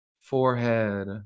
forehead